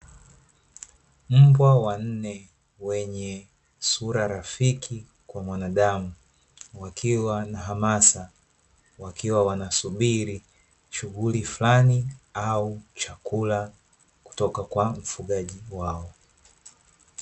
Mbwa wanne wenye sura rafiki kwa mwanadamu, wakiwa na hamasa wakiwa wanasubiri shuhuli fulani au chakula kutoka kwa mfugaji wao.